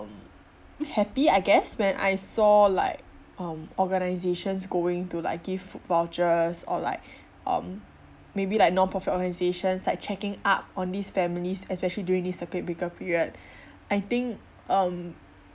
happy I guess when I saw like um organizations going to like give food vouchers or like um maybe like non profit organizations like checking up on these families especially during this circuit breaker period I think um